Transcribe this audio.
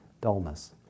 dullness